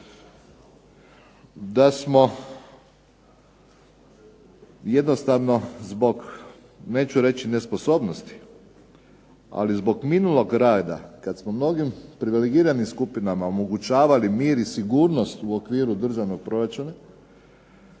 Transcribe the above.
da smo jednostavno zbog neću reći nesposobnosti ali zbog minulog rada kada smo mnogim privilegiranim skupinama osiguravali mir i sigurnost u okviru državnog proračuna,